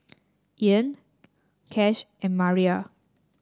Ean Cash and Maria